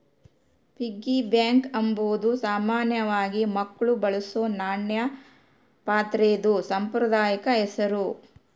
piggy bank ಅಂಬಾದು ಸಾಮಾನ್ಯವಾಗಿ ಮಕ್ಳು ಬಳಸೋ ನಾಣ್ಯ ಪಾತ್ರೆದು ಸಾಂಪ್ರದಾಯಿಕ ಹೆಸುರು